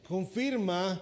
Confirma